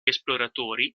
esploratori